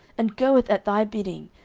and goeth at thy bidding,